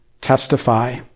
testify